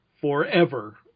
forever